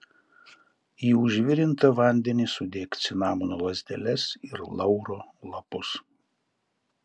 į užvirintą vandenį sudėk cinamono lazdeles ir lauro lapus